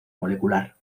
molecular